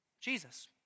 Jesus